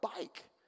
bike